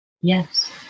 Yes